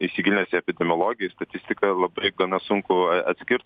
įsigilinęs į epidemiologiją į statistiką labai gana sunku atskirt